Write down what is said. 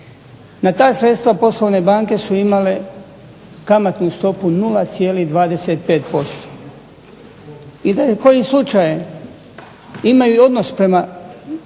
Na ta sredstva poslovne banke su imale kamatnu stopu 0,25% I da je kojim slučajem imaju odnos prema